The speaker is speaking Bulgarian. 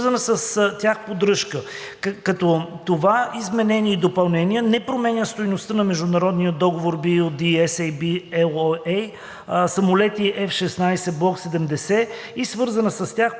и свързана с тях поддръжка“, като това изменение и допълнение не променя стойността на международния договор BU-D-SAB LOA „Самолети F-16 Block 70 и свързана с тях